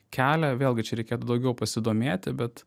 kelia vėlgi čia reikėtų daugiau pasidomėti bet